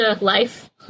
Life